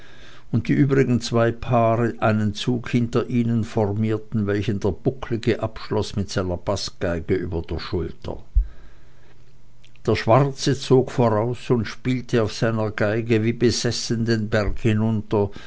und die übrigen zwei paare einen zug hinter ihnen formierten welchen der bucklige abschloß mit seiner baßgeige über der schulter der schwarze zog voraus und spielte auf seiner geige wie besessen den berg hinunter